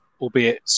albeit